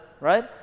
right